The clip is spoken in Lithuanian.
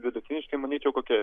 vidutiniški manyčiau kokia